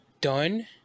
done